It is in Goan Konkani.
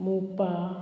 मूपा